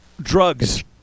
drugs